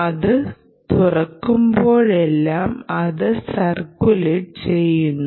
അത് തുറക്കുമ്പോഴെല്ലാം അത് സർക്കുലേറ്റ് ചെയ്യുന്നു